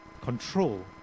control